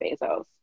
Bezos